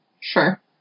Sure